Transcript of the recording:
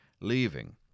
leaving